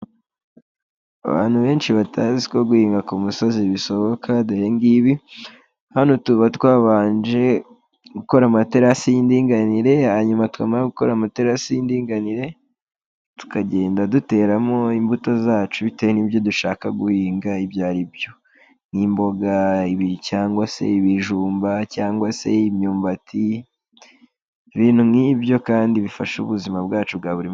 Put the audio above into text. Abantu benshi batazi ko guhinga ku kumusozi bishoboka dore ngibi, hano tuba twabanje gukora amaterasi y'indinganire, hanyuma twamara gukora amaterasi y'indinganire tukagenda duteramo imbuto zacu bitewe n'ibyo dushaka guhinga ibyo ari byo, nk'imboga, cyangwa se ibijumba, cyangwa se imyumbati, ibintu nk'ibyo kandi bifasha ubuzima bwacu bwa buri munsi.